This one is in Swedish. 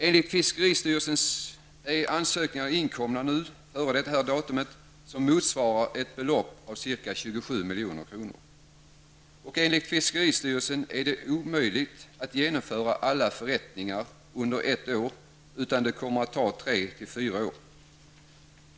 Enligt fiskeristyrelsen har ansökningar inkommit före detta datum, och de begärda beloppen uppgår till sammanlagt 27 milj.kr. Enligt fiskeristyrelsen är det omöjligt att genomföra alla förrättningar under ett år, utan det kommer att ta tre till fyra år.